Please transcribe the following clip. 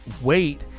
Wait